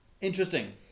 Interesting